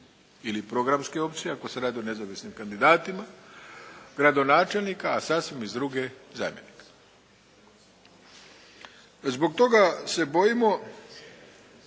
ili programske opcije ako se radi o nezavisnim kandidatima gradonačelnika, a sasvim iz druge zamjenika. Zbog toga se bojimo